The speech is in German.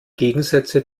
gegensätze